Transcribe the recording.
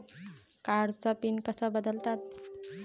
कार्डचा पिन कसा बदलतात?